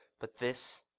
but this!